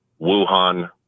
Wuhan